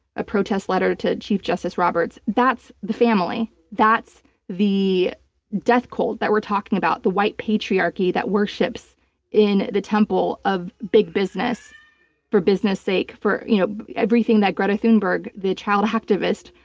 a protest letter to chief justice roberts. that's the family. that's the death cult that we're talking about, the white patriarchy that worships in the temple of big business for business' sake, for you know everything that greta thunberg, the child activist,